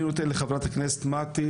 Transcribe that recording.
חברת הכנסת דוקטור מטי